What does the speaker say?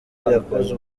yakoze